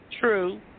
True